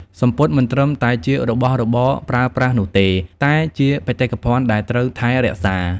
សំពត់មិនត្រឹមតែជារបស់របរប្រើប្រាស់នោះទេ តែជាបេតិកភណ្ឌដែលត្រូវថែរក្សា។